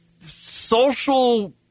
social